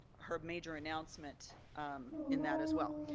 her major announcement in that, as well.